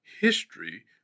history